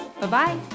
Bye-bye